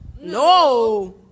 No